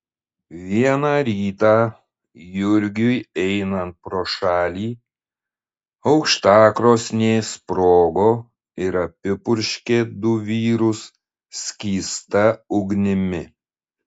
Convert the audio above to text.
vieną rytą jurgiui einant pro šalį aukštakrosnė sprogo ir apipurškė du vyrus skysta ugnimi